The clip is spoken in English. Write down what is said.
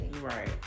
Right